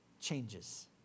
changes